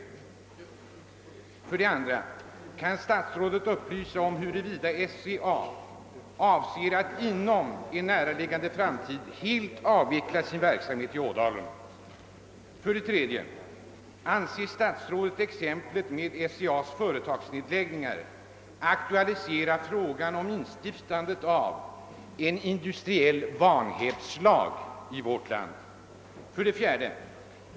2. Kan statsrådet upplysa om huruvida SCA avser att inom en näraliggande framtid helt avveckla sin verksamhet i Ådalen? 3. Anser statsrådet exemplet med SCA:s företagsnedläggningar aktualisera frågan om instiftandet av en industriell vanhävdslag? 4.